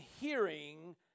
hearing